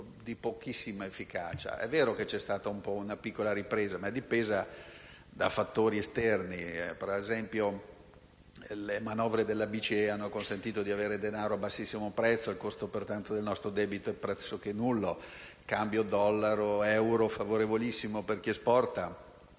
di pochissima efficacia. È vero che c'è stata una piccola ripresa, ma è dipesa da fattori esterni. Per esempio, le manovre della BCE hanno consentito di avere denaro a bassissimo prezzo e, pertanto, il costo del nostro debito è pressoché nullo; il cambio tra dollaro ed euro è favorevolissimo per chi esporta;